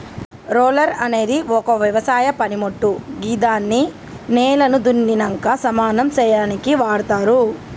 roller అనేది ఒక వ్యవసాయ పనిమోట్టు గిదాన్ని నేలను దున్నినంక సమానం సేయనీకి వాడ్తరు